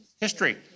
History